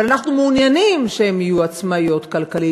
אבל אנחנו מעוניינים שהן יהיו עצמאיות כלכלית,